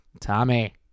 Tommy